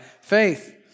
faith